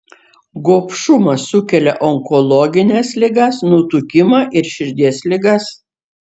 gobšumas sukelia onkologines ligas nutukimą ir širdies ligas